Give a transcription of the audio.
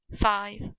five